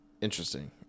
Interesting